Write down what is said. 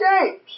James